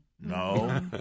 No